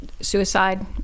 suicide